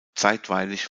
zeitweilig